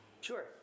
Sure